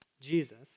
Jesus